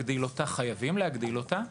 וחייבים להגדיל אותה,